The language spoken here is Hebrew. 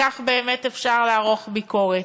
שכך באמת אפשר לערוך ביקורת.